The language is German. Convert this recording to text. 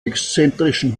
exzentrischen